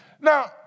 Now